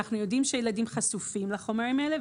אנחנו יודעים שילדים חשופים לחומרים האלה,